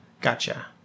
Gotcha